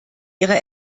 ihre